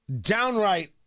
downright